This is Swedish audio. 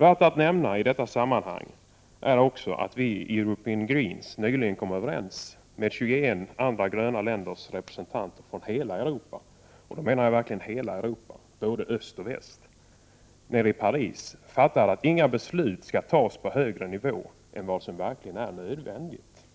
Värt att nämnas i detta sammanhang är också att vi European Greens nyligen har kommit överens med representanter från 21 andra gröna länder i hela Europa — alltså både Östoch Västeuropa. Detta skedde i Paris för någon månad sedan. Beslut skall inte fattas på högre nivå annat än när detta verkligen är nödvändigt.